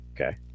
Okay